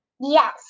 Yes